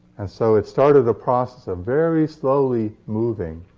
and so it started a process of very slowly moving